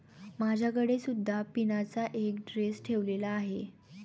माझ्याकडे सुद्धा पिनाचा एक ड्रेस ठेवलेला आहे